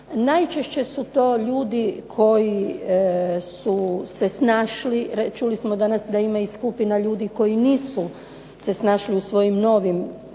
Najčešće su to ljudi koji su se snašli, čuli smo danas da ima i skupina ljudi koji nisu se snašli u svojim novim